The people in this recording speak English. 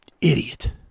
Idiot